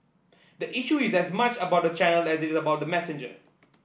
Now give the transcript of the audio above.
the issue is as much about the channel as it's about the messenger